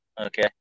Okay